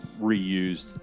reused